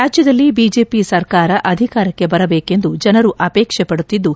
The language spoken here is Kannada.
ರಾಜ್ದದಲ್ಲಿ ಬಿಜೆಪಿ ಸರ್ಕಾರ ಅಧಿಕಾರಕ್ಕೆ ಬರಬೇಕೆಂದು ಜನರು ಆಪೇಕ್ಷೆಪಡುತ್ತಿದ್ದು